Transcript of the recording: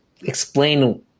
explain